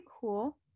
cool